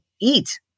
eat